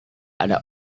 ada